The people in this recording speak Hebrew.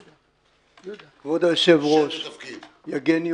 יהודה יגן,